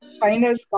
finals